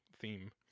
theme